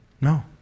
No